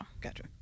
Gotcha